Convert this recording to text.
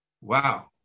wow